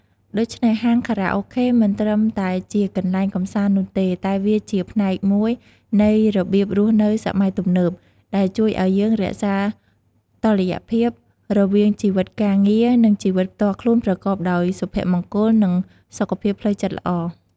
ដូច្នេះ ហាងខារ៉ាអូខេមិនត្រឹមតែជាកន្លែងកម្សាន្តនោះទេ តែវាជាផ្នែកមួយនៃរបៀបរស់នៅសម័យទំនើប ដែលជួយឲ្យយើងរក្សាតុល្យភាពរវាងជីវិតការងារ និងជីវិតផ្ទាល់ខ្លួនប្រកបដោយសុភមង្គល និងសុខភាពផ្លូវចិត្តល្អ។